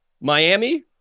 Miami